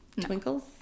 Twinkles